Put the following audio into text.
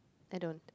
I don't